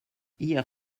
hier